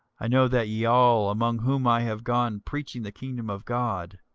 i know that ye all, among whom i have gone preaching the kingdom of god,